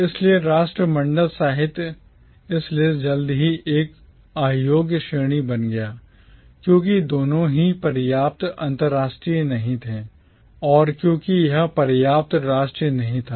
इसलिए राष्ट्रमंडल साहित्य इसलिए जल्द ही एक अयोग्य श्रेणी बन गया क्योंकि दोनों ही पर्याप्त अंतरराष्ट्रीय नहीं थे और क्योंकि यह पर्याप्त राष्ट्रीय नहीं था